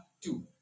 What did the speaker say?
two